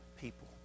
people